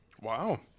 Wow